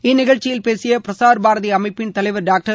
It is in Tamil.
இந்நிகழ்ச்சியில் பேசிய பிரசார் பாரதி அமைப்பின் தலைவர் டாக்டர்